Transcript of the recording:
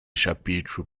chapitres